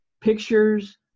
Pictures